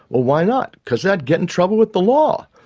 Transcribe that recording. well why not? because i'd get in trouble with the law.